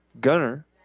Gunner